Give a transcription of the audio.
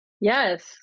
yes